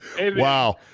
Wow